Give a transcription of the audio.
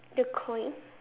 the coin